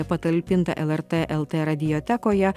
patalpinta lrt lt radiotekoje